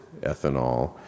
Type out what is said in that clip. ethanol